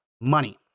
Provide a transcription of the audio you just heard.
money